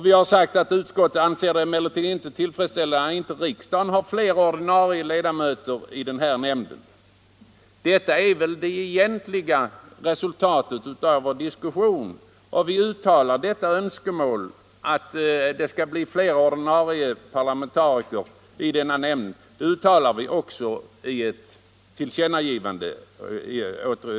Vi har sagt att utskottet anser det inte tillfredsställande att riksdagen — Nr 58 inte har fler ordinarie ledamöter i den här nämnden. Detta är väl det Onsdagen den egentliga resultatet av vår diskussion, och önskemålet att det skall bli 16 april 1975 fler ordinarie parlamentariker i denna nämnd uttalar vi också i ett till: kännagivande till regeringen.